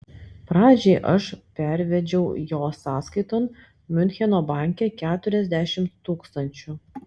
pradžiai aš pervedžiau jo sąskaiton miuncheno banke keturiasdešimt tūkstančių